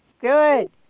Good